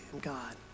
God